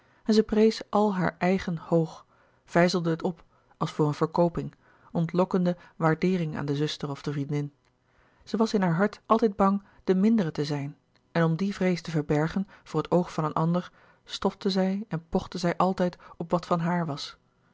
en zij prees al haar eigen hoog vijzelde het op als voor een verkooping ontlokkende waardeering aan de zuster of de vriendin zij was in haar hart altijd bang de mindere te zijn en om die vrees te verbergen voor het oog van een ander stofte zij en pochte zij altijd op wat van hàar was